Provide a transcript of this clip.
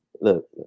look